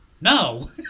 no